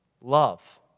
love